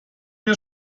wir